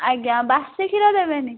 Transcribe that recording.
ଆଜ୍ଞା ବାସି କ୍ଷୀର ଦେବେନି